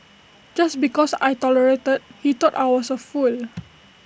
just because I tolerated he thought I was A fool